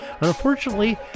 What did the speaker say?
Unfortunately